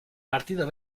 partido